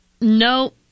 no